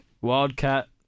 Wildcat